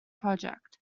project